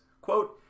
quote